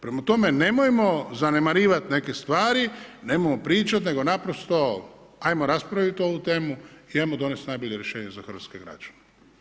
Prema tome, nemojmo zanemarivat neke stvari, nemojmo pričati nego naprosto ajmo raspraviti ovu temu i ajmo donesti najbolje rješenje za hrvatske građane.